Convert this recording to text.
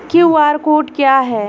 QR code क्या है?